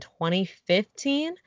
2015